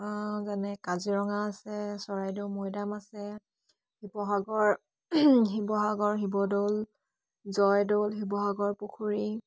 যেনে কাজিৰঙা আছে চৰাইদেউ মৈদাম আছে শিৱসাগৰ শিৱসাগৰ শিৱদৌল জয়দৌল শিৱসাগৰ পুখুৰী